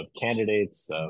candidates